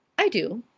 i do.